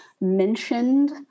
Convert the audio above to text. mentioned